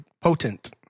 potent